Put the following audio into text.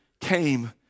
came